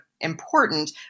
important